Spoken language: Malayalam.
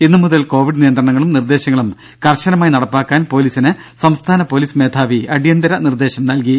ഇന്നു മുതൽ കോവിഡ് നിയന്ത്രണങ്ങളും നിർദ്ദേശങ്ങളും കർശനമായി നടപ്പാക്കാൻ പൊലീസിനു സംസ്ഥാന പൊലീസ് മേധാവി അടിയന്തര നിർദ്ദേശം നൽകി